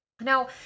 Now